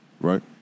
right